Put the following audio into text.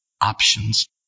options